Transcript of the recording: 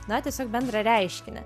na tiesiog bendrą reiškinį